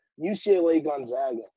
UCLA-Gonzaga